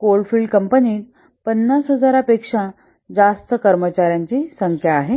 coalfield कंपनीत 50000 पेक्षा जास्त कर्मचाऱ्यांची संख्या आहे